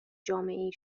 جامعهای